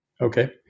Okay